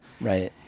Right